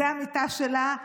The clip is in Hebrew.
זה המיטה שלה,